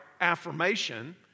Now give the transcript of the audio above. affirmation